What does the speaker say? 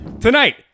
Tonight